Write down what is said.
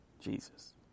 Jesus